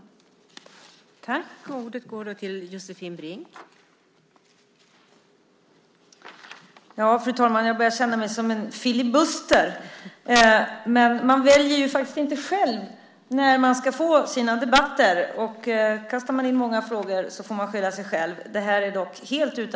Då Kalle Larsson, som framställt interpellationen, anmält att han var förhindrad att närvara vid sammanträdet medgav andre vice talmannen att Josefin Brink i stället fick delta i överläggningen.